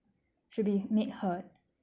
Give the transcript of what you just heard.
should be made heard